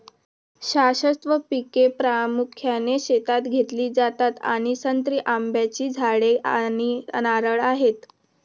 शाश्वत पिके प्रामुख्याने शेतात घेतली जातात आणि संत्री, आंब्याची झाडे आणि नारळ आहेत